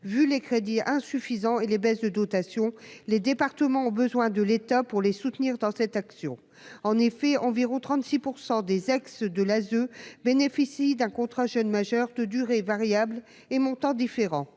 vu les crédits insuffisants et les baisses de dotations, les départements ont besoin de l'État pour les soutenir dans cette action en effet environ 36 % des ex de l'ASE bénéficient d'un contrat jeune majeur de durée variable et montants différents